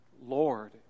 Lord